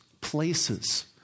places